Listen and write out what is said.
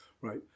right